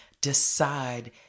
decide